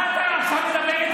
מה אתה עכשיו מדבר איתי?